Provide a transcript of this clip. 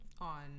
on